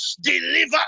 deliver